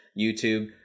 YouTube